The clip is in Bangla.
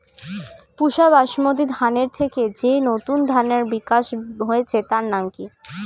পুসা বাসমতি ধানের থেকে যে নতুন ধানের বিকাশ হয়েছে তার নাম কি?